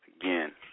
again